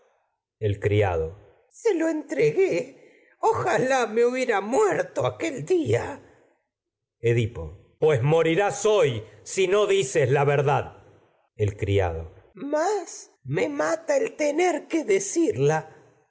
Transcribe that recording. el criado se lo entregué ojalá me hubiera muer to aquel día edipo el pues morirás hoy si no dices la verdad mata criado más me el tener que decirla